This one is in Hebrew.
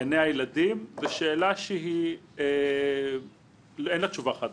בגני הילדים, זו שאלה שאין לה תשובה חד-משמעית,